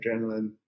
adrenaline